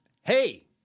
hey